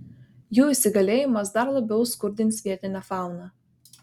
jų įsigalėjimas dar labiau skurdins vietinę fauną